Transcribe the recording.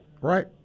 Right